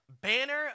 banner